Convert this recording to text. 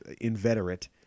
inveterate